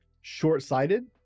short-sighted